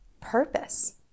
purpose